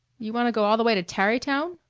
you wanna go all the way to tarrytown?